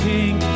King